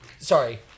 sorry